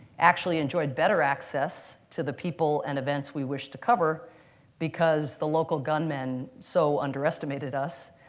actually enjoyed better access to the people and events we wished to cover because the local gunmen so underestimated us.